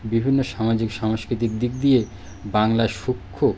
বিভিন্ন সামাজিক সাংস্কৃতিক দিক দিয়ে বাংলা সূক্ষ্ম